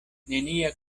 nenia